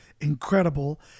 incredible